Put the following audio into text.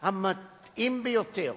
המתאים ביותר